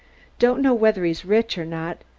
don't know whether he's rich or not,